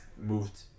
moved